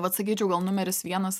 vat sakyčiau gal numeris vienas